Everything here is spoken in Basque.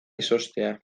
izoztea